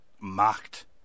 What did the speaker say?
mocked